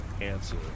answer